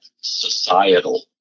societal